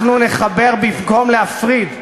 אנחנו נחבר במקום להפריד.